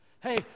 Hey